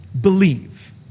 believe